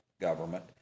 government